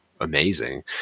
amazing